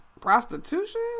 prostitution